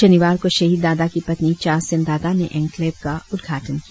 शनिवार को शहीद दादा की पत्नी चासेन दादा ने एन्क्लेव का उद्घाटन किया